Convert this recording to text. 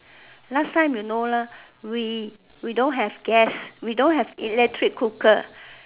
last time you know lah we we don't have gas we don't have electric cooker